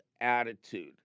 attitude